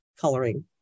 coloring